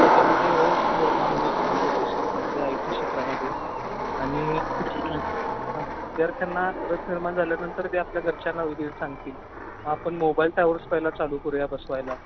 त्याच्यामध्ये रस निर्माण होईल कम्प्युटर क्षेत्रामध्ये आय टी क्षेत्रामध्ये आणि जर त्यांना रस निर्माण झाल्यानंतर ते आपल्या घरच्यांना वगैरे सांगतील व आपण मोबाईल त्यावरचं पहिला चालू करूया बसवायला